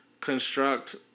construct